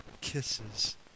kisses